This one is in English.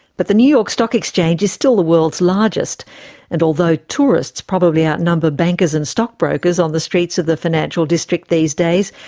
but the new york stock exchange is still the world's largest and although tourists probably outnumber bankers and stockbrokers on the streets of the financial district these days,